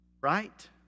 right